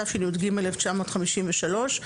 התשי"ג-1953,